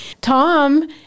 Tom